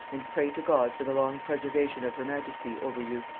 and pray to god for the long preservation of her majesty over you,